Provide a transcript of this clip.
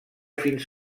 fins